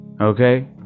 okay